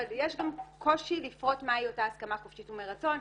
אבל יש גם קושי לפרוט מהי אותה הסכמה חופשית ומרצון.